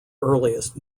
earliest